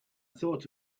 thought